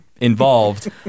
involved